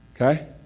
okay